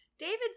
David